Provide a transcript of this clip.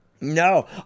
No